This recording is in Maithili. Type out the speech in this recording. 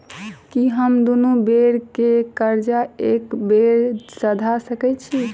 की हम दुनू बेर केँ कर्जा एके बेर सधा सकैत छी?